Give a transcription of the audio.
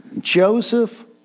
Joseph